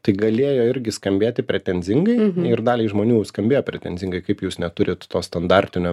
tai galėjo irgi skambėti pretenzingai ir daliai žmonių skambėjo pretenzingai kaip jūs neturit to standartinio